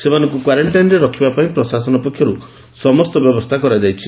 ଏମାନଙ୍କୁ କ୍ୱାରେକ୍ଷାଇନ୍ରେ ରଖିବା ପାଇଁ ପ୍ରଶାସନ ପକ୍ଷରୁ ସମ୍ଠ ବ୍ୟବସ୍ଗା କରାଯାଇଛି